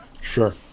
Sure